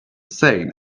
same